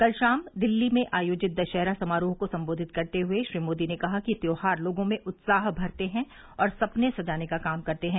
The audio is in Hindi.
कल शाम दिल्ली में आयोजित दशहरा समारोह को संबोधित करते हुए श्री मोदी ने कहा कि त्योहार लोगों में उत्साह भरते हैं और सपने सजाने का काम करते हैं